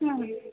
ಹಾಂ